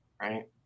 Right